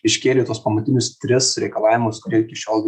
iškėlė tuos pamatinius tris reikalavimus kurie iki šiol